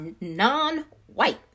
non-white